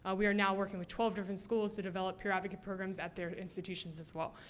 ah we are now working with twelve different schools to develop peer advocate programs at their institutions as well.